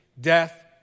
death